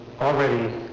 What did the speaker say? already